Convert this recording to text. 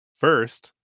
First